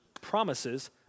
Promises